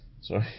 Sorry